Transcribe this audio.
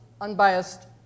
unbiased